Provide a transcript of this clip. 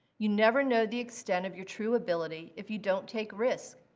you never know the extent of your true ability if you don't take risks.